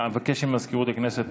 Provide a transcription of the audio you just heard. אבקש ממזכירות הכנסת